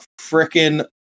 freaking